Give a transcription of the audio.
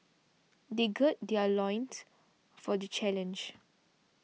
they gird their loins for the challenge